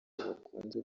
bakunze